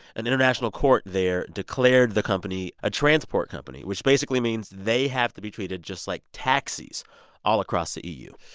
an international court there declared the company a transport company, which basically means they have to be treated just like taxis all across the eu.